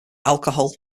alcohol